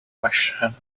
vashon